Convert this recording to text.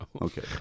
Okay